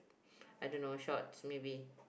I don't know shorts maybe